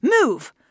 move